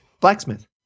Blacksmith